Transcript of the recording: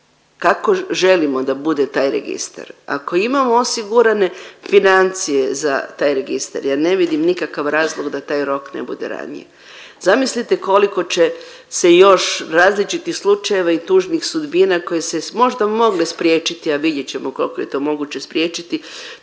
kako želimo da bude taj registar, ako imamo osigurane financije za taj registar ja ne vidim nikakav razlog da taj rok ne bude ranije. Zamislite koliko će se još različitih slučajeva i tužnih sudbina koje se možda mogli spriječiti, a vidjet ćemo koliko je to moguće spriječiti,